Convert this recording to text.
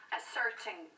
asserting